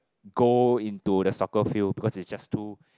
goal into the soccer field because it's just too